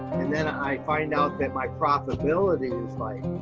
and then i find out that my profitability is, like,